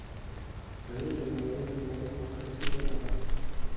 ठंडी के मौसम में कवन कवन खेती होला?